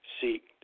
seek